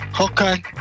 Okay